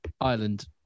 Ireland